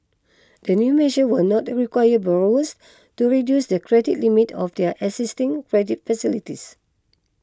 the new measure will not require borrowers to reduce the credit limit of their existing credit facilities